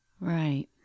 Right